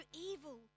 evil